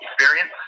experience